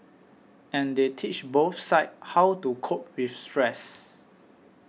and they teach both sides how to cope with stress